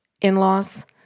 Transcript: in-laws